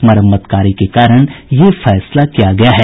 मरम्मत कार्य के कारण यह फैसला किया गया है